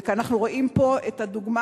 ואנחנו רואים פה את הדוגמה,